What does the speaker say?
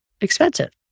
expensive